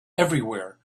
everywhere